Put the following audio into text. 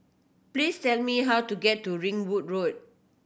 please tell me how to get to Ringwood Road